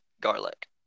garlic